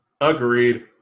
Agreed